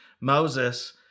Moses